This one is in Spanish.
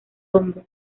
hombro